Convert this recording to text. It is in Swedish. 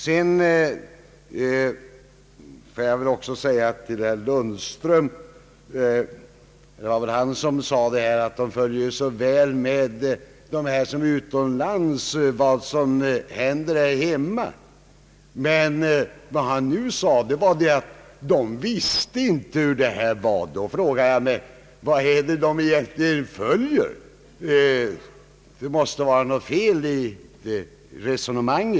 Det var herr Lundström som sade att de som är utomlands noga följer med vad som händer här hemma. Men han sade senare att dessa människor inte visste vad som gällde beträffande rösträtten. Då frågar jag: Vad är det egentligen de följer med? Det måste vara något fel i herr Lundströms resonemang.